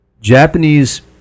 Japanese